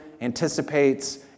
anticipates